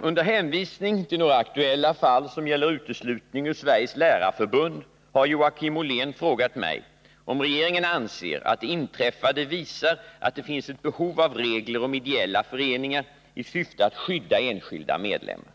Under hänvisning till några aktuella fall som gäller uteslutning ur Sveriges lärarförbund har Joakim Ollén frågat mig, om regeringen anser att det inträffade visar att det finns ett behov av regler om ideella föreningar i syfte att skydda enskilda medlemmar.